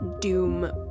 doom